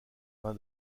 vin